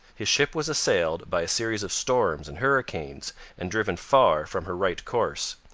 his ship was assailed by a series of storms and hurricanes and driven far from her right course.